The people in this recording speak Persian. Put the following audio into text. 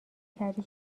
کردی